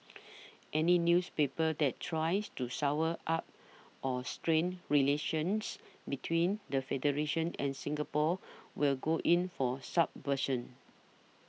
any newspaper that tries to sour up or strain relations between the Federation and Singapore will go in for subversion